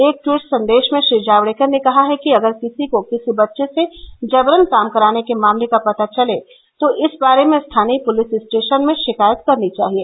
एक ट्वीट संदेश में श्री जावड़ेकर ने कहा है कि अगर किसी को किसी बच्चे से जबरन काम कराने के मामले का पता चले तो इस बारे में स्थानीय पुलिस स्टेशन में शिकायत करनी चाहिए